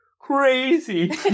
Crazy